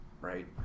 right